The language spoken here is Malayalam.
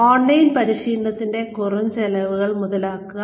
ഓൺലൈൻ പരിശീലനത്തിന്റെ കുറഞ്ഞ ചെലവുകൾ മുതലാക്കുക